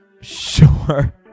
Sure